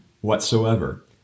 whatsoever